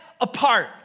apart